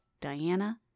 Diana